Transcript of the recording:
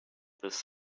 this